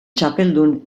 txapeldun